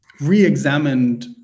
re-examined